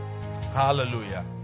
Hallelujah